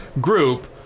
group